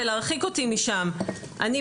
משהו